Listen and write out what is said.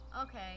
Okay